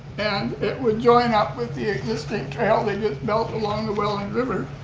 and it would join up with the existing trail they just built along the welland river.